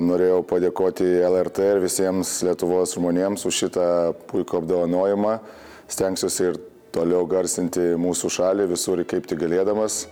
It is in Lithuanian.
norėjau padėkoti lrt ir visiems lietuvos žmonėms už šitą puikų apdovanojimą stengsiuosi ir toliau garsinti mūsų šalį visur ir kaip tik galėdamas